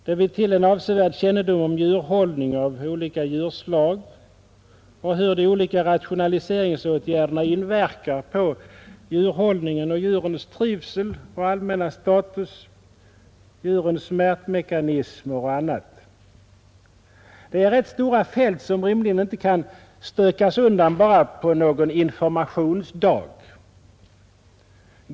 Det vill till en avsevärd kännedom om djurhållning av olika slag och hur de olika rationaliseringsåtgärderna inverkar på djurhållningen och djurens trivsel och allmänna status, djurens smärtmekanismer och annat. Det är rätt stora fält som rimligen inte kan stökas undan bara på någon informationsdag.